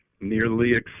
Nearly